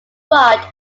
broad